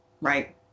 right